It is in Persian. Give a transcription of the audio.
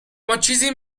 ماچیزی